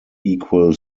equal